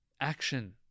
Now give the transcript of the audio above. action